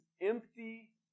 empty